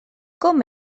com